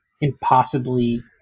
impossibly